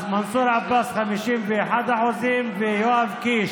אז מנסור עבאס 51%, ויואב קיש